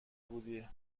بودی